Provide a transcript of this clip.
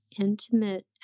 intimate